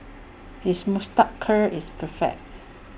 his moustache curl is perfect